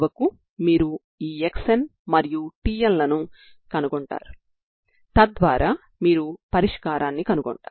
Ancos 2n1πc2L tBnsin 2n1πc2L t ని మీరు పరిష్కారంగా కలిగి ఉంటారు